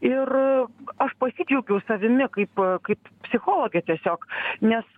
ir aš pasidžiaugiau savimi kaip kaip psichologė tiesiog nes